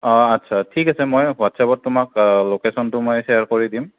অঁ আচ্ছা ঠিক আছে মই হোৱাটছ্এপত তোমাক লোকেশ্বনটো মই শ্বেয়াৰ কৰি দিম